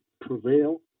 prevail